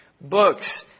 books